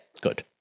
good